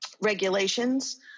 regulations